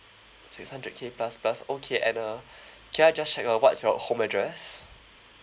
six hundred K plus plus okay at uh can I just check uh what's your home address